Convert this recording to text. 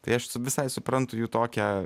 tai aš visai suprantu jų tokią